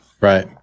right